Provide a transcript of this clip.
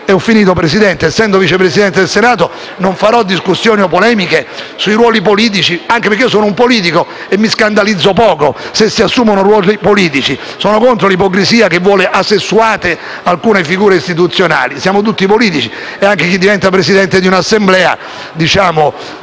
di Camera e Senato. Essendo vice Presidente del Senato, non farò discussioni o polemiche sui ruoli politici. Anche perché io sono un politico e mi scandalizzo poco se si assumono ruoli politici. Io sono contro l'ipocrisia che vuole "asessuate" alcune figure istituzionali; siamo tutti politici, anche chi diventa Presidente di un'Assemblea. Intendo